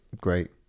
great